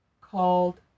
called